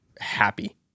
happy